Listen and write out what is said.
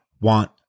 want